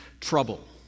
trouble